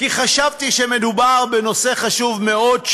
כי חשבתי שמדובר בנושא חשוב מאוד,